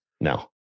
No